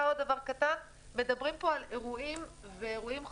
מדברים פה על אירועים ואירועים חמורים,